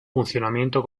funcionamiento